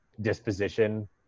disposition